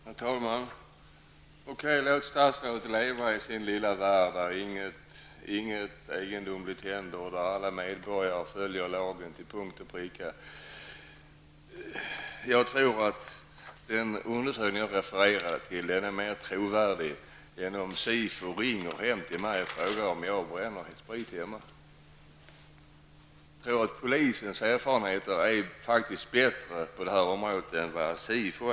Herr talman! Okej, låt statsrådet leva i sin lilla värld, där ingenting egendomligt händer, där alla medborgare följer lagen till punkt och pricka. Jag tror att den undersökning som jag har refererat till är någonting mera trovärdigt än om en SIFO representant ringer hem till mig och frågar om jag bränner sprit hemma. Polisens erfarenheter är faktiskt bättre på det här området än SIFOs.